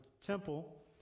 temple